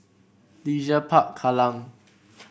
Leisure Park Kallang